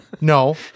No